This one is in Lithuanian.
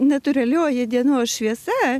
natūralioji dienos šviesa